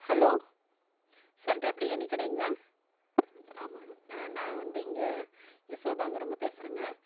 hello central biryani கடைங்களா ஆமாங்க நான் வந்து இங்கே யசோதாங்கிறவுங்க பேசுகிறேங்க